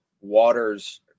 waters